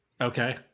Okay